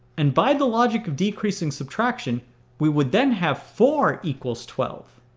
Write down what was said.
and by the logic of decreasing subtraction we would then have four equals twelve.